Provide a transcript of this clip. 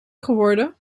geworden